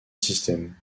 système